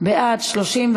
(תיקוני חקיקה), התשע"ז 2016, נתקבל.